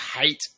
hate